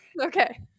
Okay